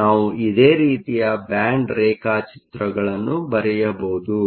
ನಾವು ಇದೇ ರೀತಿಯ ಬ್ಯಾಂಡ್ ರೇಖಾಚಿತ್ರಗಳನ್ನು ಬರೆಯಬಹುದು